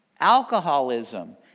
Alcoholism